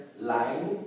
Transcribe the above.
line